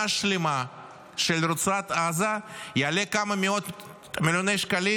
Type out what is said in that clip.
שלמה של רצועת עזה יעלה כמה מאות מיליוני שקלים?